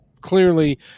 clearly